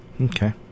Okay